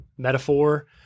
metaphor